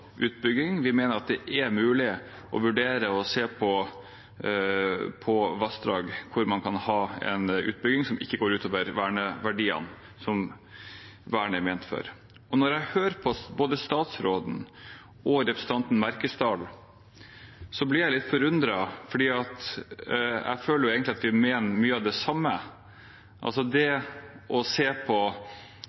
utbygging. Vi mener at det er mulig å vurdere å se på vassdrag hvor man kan ha en utbygging som ikke går ut over verneverdiene som vernet er ment for. Når jeg hører på både statsråden og representanten Merkesdal, blir jeg litt forundret, for jeg føler egentlig at vi mener mye av det samme. Når det gjelder å se på